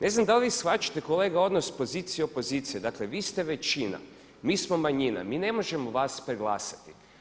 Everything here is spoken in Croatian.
Ne znam da li vi shvaćate kolega odnos pozicije i opozicije, dakle vi ste većina, mi smo manjina, mi ne možemo vas prelgasati.